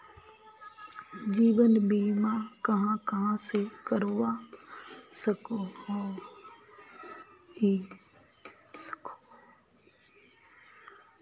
जीवन बीमा कहाँ कहाँ से करवा सकोहो ही?